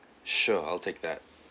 sure I'll take that